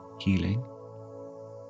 healing